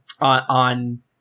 on